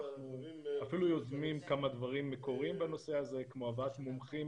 אפילו יוזמים כמה דברים מקוריים בנושא הזה כמו הבאת מומחים